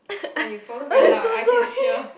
!wah! you swallow very loud I can hear